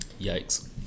yikes